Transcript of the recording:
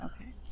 Okay